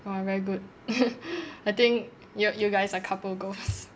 !wah! very good I think you you guys are couple goals